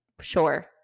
sure